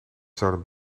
zouden